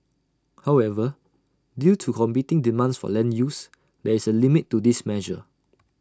however due to competing demands for land use there is A limit to this measure